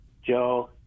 Joe